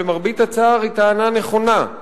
שלמרבה הצער היא טענה נכונה,